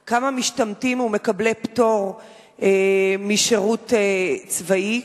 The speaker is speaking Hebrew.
2. כמה משתמטים ומקבלים פטור משירות צבאי?